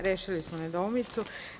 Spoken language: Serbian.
Rešili smo nedoumicu.